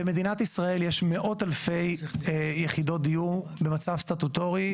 במדינת ישראל יש מאות אלפי יחידות דיור במצב סטטוטורי,